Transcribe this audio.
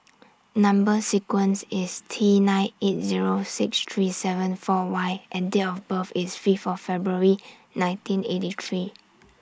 Number sequence IS T nine eight Zero six three seven four Y and Date of birth IS five of February nineteen eighty three